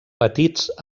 petits